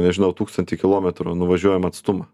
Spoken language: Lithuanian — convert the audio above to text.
nežinau tūkstantį kilometrų nuvažiuojamą atstumą